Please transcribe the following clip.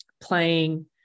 playing